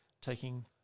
taking